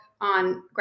on